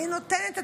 אני נותן את עצמי,